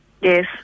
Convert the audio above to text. Yes